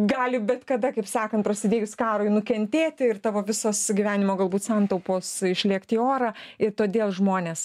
gali bet kada kaip sakant prasidėjus karui nukentėti ir tavo visos gyvenimo galbūt santaupos išlėkt į orą ir todėl žmonės